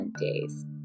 days